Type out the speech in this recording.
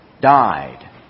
died